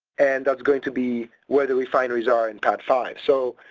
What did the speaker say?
and that's going to be where the refineries are in padd five. so,